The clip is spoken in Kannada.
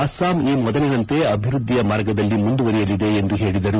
ಅಸ್ತಾಂ ಈ ಮೊದಲಿನಂತೆ ಅಭಿವೃದ್ದಿಯ ಮಾರ್ಗದಲ್ಲಿ ಮುಂದುವರೆಯಲಿದೆ ಎಂದು ಹೇಳಿದರು